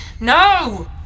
No